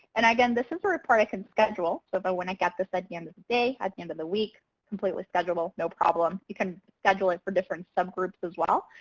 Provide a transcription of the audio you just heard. and again, this is a report i can schedule. so but when i get this at the end of the day, at the end of the week, completely schedulable, no problem. you can schedule it for different subgroups as well.